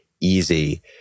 easy